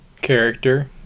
character